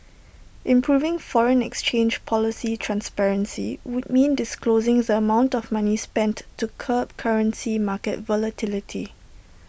improving foreign exchange policy transparency would mean disclosing the amount of money spent to curb currency market volatility